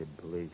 police